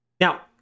now